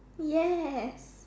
yes